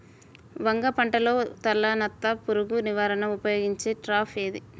వంగ పంటలో తలనత్త పురుగు నివారణకు ఉపయోగించే ట్రాప్ ఏది?